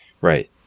Right